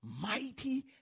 mighty